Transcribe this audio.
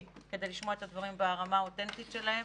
כדי לשמוע את הדברים ברמה האותנטית שלהם,